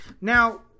Now